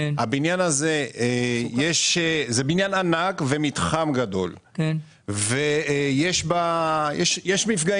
זה בניין ענק ומתחם גדול, ויש מפגעים.